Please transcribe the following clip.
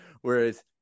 Whereas